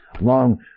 long